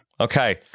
Okay